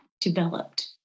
developed